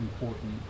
important